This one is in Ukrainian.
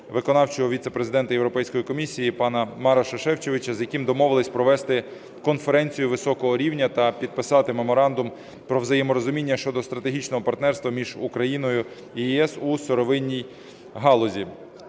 виконавчого віце-президента Європейської комісії пана Мароша Шефчовіча, з яким домовились провести конференцію високого рівня та підписати меморандум про взаєморозуміння щодо стратегічного партнерства між Україною та ЄС у сировинні галузі.